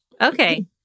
Okay